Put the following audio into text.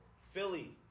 Philly